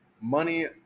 Money